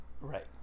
Right